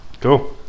Cool